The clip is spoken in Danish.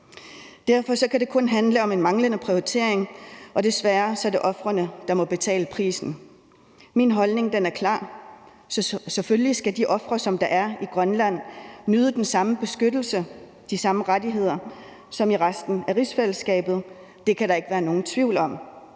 Derfor kan det kun handle om en manglende prioritering, og desværre er det ofrene, der må betale prisen. Min holdning er klar: Selvfølgelig skal de ofre, som er i Grønland, nyde den samme beskyttelse og de samme rettigheder som i resten af rigsfællesskabet. Det kan der ikke være nogen tvivl om.